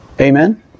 Amen